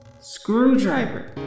Screwdriver